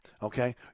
okay